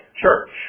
Church